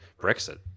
Brexit